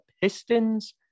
Pistons